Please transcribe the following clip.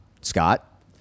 Scott